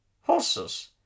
Horses